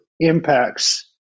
impacts